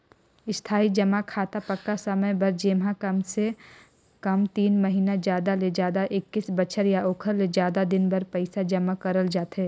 इस्थाई जमा खाता पक्का समय बर जेम्हा कमसे कम तीन महिना जादा ले जादा एक्कीस बछर या ओखर ले जादा दिन बर पइसा जमा करल जाथे